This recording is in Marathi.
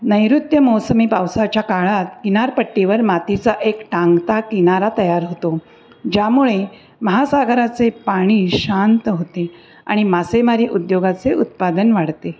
नैऋत्य मोसमी पावसाच्या काळात किनारपट्टीवर मातीचा एक टांगता किनारा तयार होतो ज्यामुळे महासागराचे पाणी शांत होते आणि मासेमारी उद्योगाचे उत्पादन वाढते